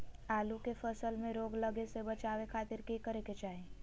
आलू के फसल में रोग लगे से बचावे खातिर की करे के चाही?